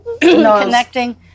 connecting